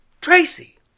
Tracy